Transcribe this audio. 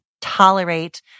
tolerate